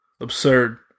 Absurd